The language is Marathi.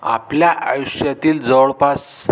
आपल्या आयुष्यातील जवळपास